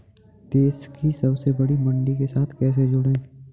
देश की सबसे बड़ी मंडी के साथ कैसे जुड़ें?